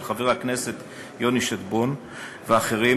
של חבר הכנסת יוני שטבון ואחרים,